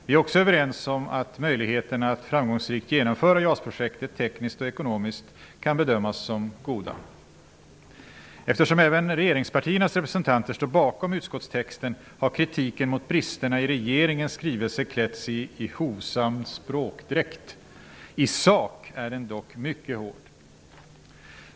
Vi är också överens om att möjligheterna att framgångsrikt genomföra JAS-projektet tekniskt och ekonomiskt kan bedömas som goda. Eftersom även regeringspartiernas representanter står bakom utskottstexten har kritiken mot bristerna i regeringens skrivelse klätts i hovsam språkdräkt. I sak är den dock mycket hård.